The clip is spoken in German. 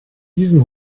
diesem